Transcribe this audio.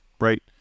Right